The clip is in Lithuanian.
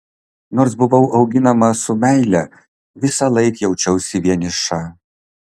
nors buvau auginama su meile visąlaik jaučiausi vieniša